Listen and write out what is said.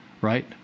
right